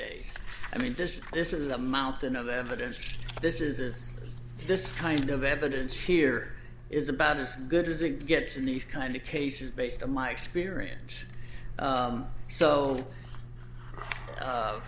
days i mean this this is a mountain of evidence this is this kind of evidence here is about as good as it gets in these kind of cases based on my experience